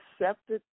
accepted